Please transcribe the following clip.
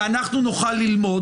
ואנחנו נוכל ללמוד.